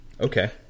Okay